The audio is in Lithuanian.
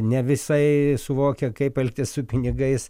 ne visai suvokia kaip elgtis su pinigais